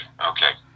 okay